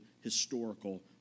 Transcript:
historical